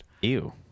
Ew